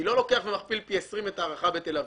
אני לא מכפיל פי 20 את ההערכה בתל-אביב.